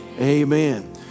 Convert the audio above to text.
amen